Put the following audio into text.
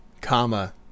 comma